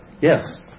Yes